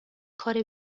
کار